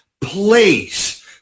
place